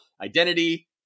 Identity